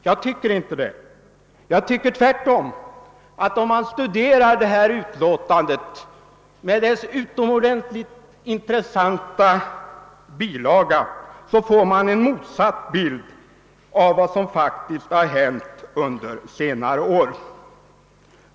Jag tycker inte det; jag tycker tvärtom att om man studerar utlåtandet med dess utomordentligt intressanta bilaga får man en motsatt bild av vad som faktiskt har hänt under senare år.